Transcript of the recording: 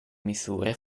misure